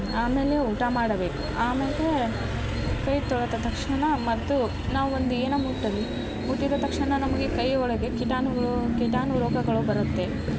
ಆಮೇಲೆ ಊಟ ಮಾಡಬೇಕು ಆಮೇಲೆ ಕೈ ತೊಳೆದ ತಕ್ಷಣ ಮತ್ತು ನಾವೊಂದು ಏನೇ ಮುಟ್ಟಲಿ ಮುಟ್ಟಿದ ತಕ್ಷಣ ನಮಗೆ ಕೈ ಒಳಗೆ ಕೀಟಾಣುಗಳು ಕೀಟಾಣು ರೋಗಗಳು ಬರುತ್ತೆ